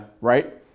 right